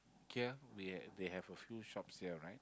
here we have they have a few shops here right